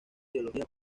teología